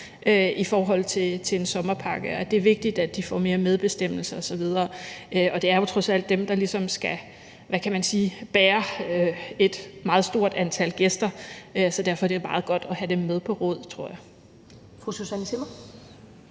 i forhold til en sommerpakke – nemlig at det er vigtigt, at de får mere medbestemmelse osv. Og det er jo trods alt dem, der skal, hvad kan man sige, bære et meget stort antal gæster, så derfor er det meget godt at have dem med på råd, tror jeg.